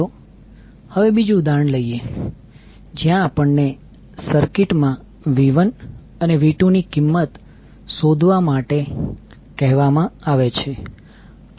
ચાલો હવે બીજું ઉદાહરણ લઈએ જ્યાં આપણને સર્કિટ માં V1 અને V2 ની કિંમત શોધવા માટે કહેવામાં આવે છે